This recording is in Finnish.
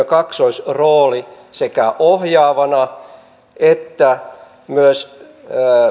kaksoisrooli sekä ohjaavana että myös